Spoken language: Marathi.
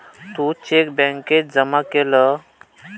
तू चेक बॅन्केत जमा केलं?